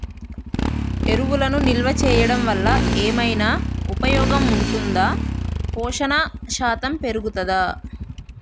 ఎరువులను నిల్వ చేయడం వల్ల ఏమైనా ఉపయోగం ఉంటుందా పోషణ శాతం పెరుగుతదా?